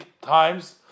times